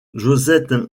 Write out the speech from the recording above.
josette